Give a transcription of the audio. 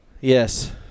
Yes